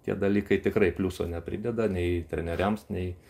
tie dalykai tikrai pliuso neprideda nei treneriams nei